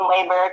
labor